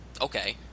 Okay